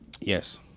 Yes